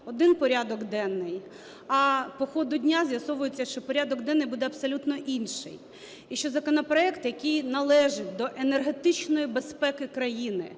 один порядок денний, а по ходу дня з'ясовується, що порядок денний буде абсолютно інший. І що законопроект, який належить до енергетичної безпеки країни,